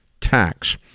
tax